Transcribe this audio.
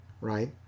right